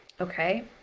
okay